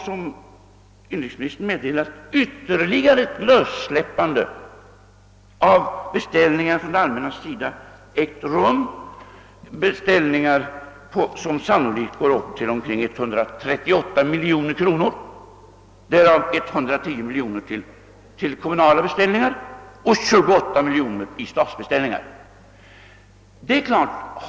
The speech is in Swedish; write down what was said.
Som inrikesministern meddelat har det allmänna dessutom i dagarna lagt ut ytterligare beställningar, som sannolikt går upp till cirka 138 miljoner kronor, därav 110 miljoner i kommunala och 28 miljoner i statliga beställningar.